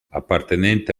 appartenente